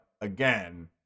again